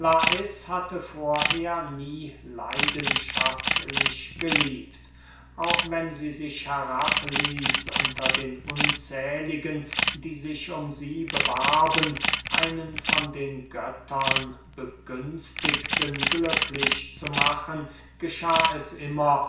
hatte vorher nie leidenschaftlich geliebt auch wenn sie sich herabließ unter den unzähligen die sich um sie bewarben einen von den göttern begünstigten glücklich zu machen geschah es immer